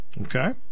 Okay